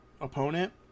opponent